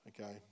Okay